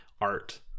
art